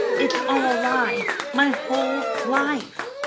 it's all a lie my whole life!